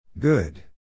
Good